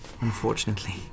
Unfortunately